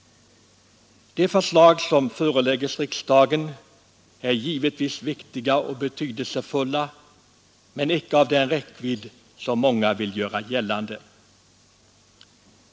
De förslag som föreläggs riksdagen är givetvis viktiga och betydelsefulla men icke av den räckvidd som många vill göra gällande.